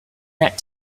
that